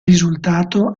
risultato